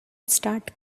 start